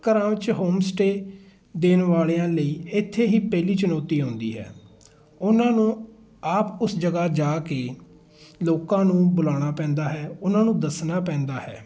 ਘਰਾਂ ਵਿੱਚ home stay ਦੇਣ ਵਾਲਿਆਂ ਲਈ ਇੱਥੇ ਹੀ ਪਹਿਲੀ ਚੁਣੌਤੀ ਆਉਂਦੀ ਹੈ ਉਹਨਾਂ ਨੂੰ ਆਪ ਉਸ ਜਗ੍ਹਾ ਜਾ ਕੇ ਲੋਕਾਂ ਨੂੰ ਬਲਾਉਣਾ ਪੈਂਦਾ ਹੈ ਉਹਨਾਂ ਨੂੰ ਦੱਸਣਾ ਪੈਂਦਾ ਹੈ